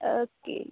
okay